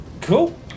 cool